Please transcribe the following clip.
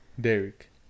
Derek